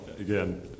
again